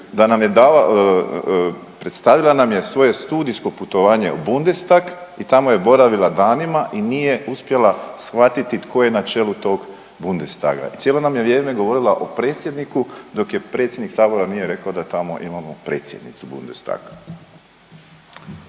da nam je dala, predstavila nam je svoje studijsko putovanja u Bundestag i tamo je boravila danima i nije uspjela shvatiti tko je na čelu tog Bundestaga. Cijelo nam je vrijeme govorila o predsjedniku, dok joj predsjednik Sabora nije rekao da tamo imamo predsjednicu Bundestaga.